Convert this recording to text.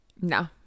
No